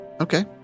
okay